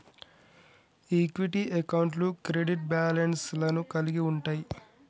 equity అకౌంట్లు credit balance లను కలిగి ఉంటయ్